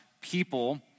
people